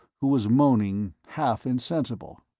who was moaning, half insensible.